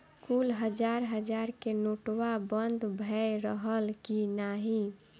कुल हजार हजार के नोट्वा बंद भए रहल की नाही